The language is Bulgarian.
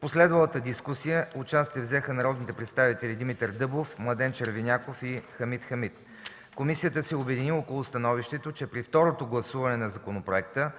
последвалата дискусия участие взеха народните представители Димитър Дъбов, Младен Червеняков и Хамид Хамид. Комисията се обедини около становището, че при второто гласуване на законопроекта,